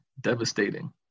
devastating